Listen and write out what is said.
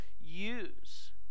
use